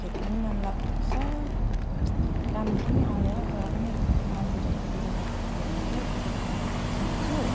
खिच्नु नि मन लाग्छ राम्रो पनि आउँदैन तर पनि मन्दिरहरूतिर गएको बेलामा चाहिँ खिच्छु